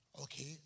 Okay